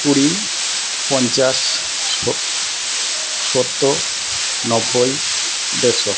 কুড়ি পঞ্চাশ সো সত্তর নব্বই দেড়শো